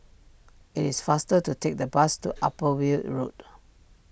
it is faster to take the bus to Upper Weld Road